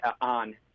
on